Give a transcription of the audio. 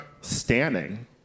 standing